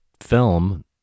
film